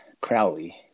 Crowley